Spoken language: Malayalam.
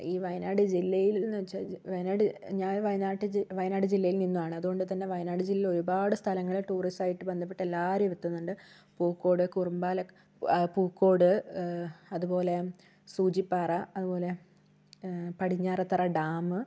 ഈ വയനാട് ജില്ലയിൽ എന്നു വച്ചാൽ വയനാട് ഞാൻ വായനാട്ട് വയനാട് ജില്ലയിൽ നിന്നാണ് അതുകൊണ്ടു തന്നെ വയനാട് ജില്ലയിൽ ഒരുപാട് സ്ഥലങ്ങള് ടൂറിസവുമായിട്ട് ബന്ധപ്പെട്ട് എല്ലാവരും എത്തുന്നുണ്ട് പൂക്കോട് കുറുമ്പാലക് ആ പൂക്കോട് അതുപോലെ സൂചിപ്പാറ അതുപോലെ പടിഞ്ഞാറത്തറ ഡാം